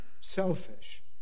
selfish